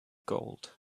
gold